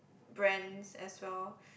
brands as well